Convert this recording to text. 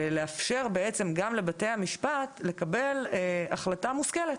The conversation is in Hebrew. ולאפשר בעצם גם לבתי המשפט לקבל החלטה מושכלת.